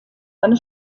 eine